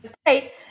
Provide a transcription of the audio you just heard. state